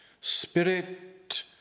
spirit